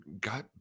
got